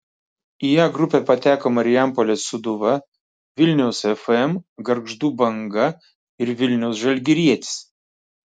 į a grupę pateko marijampolės sūduva vilniaus fm gargždų banga ir vilniaus žalgirietis